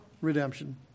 redemption